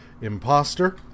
imposter